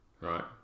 Right